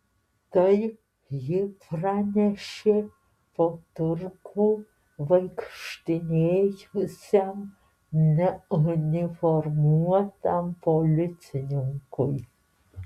tai ji pranešė po turgų vaikštinėjusiam neuniformuotam policininkui